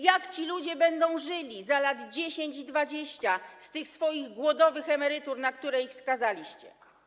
Jak ci ludzie będą żyli za 10 czy 20 lat z tych swoich głodowych emerytur, na które ich skazaliście?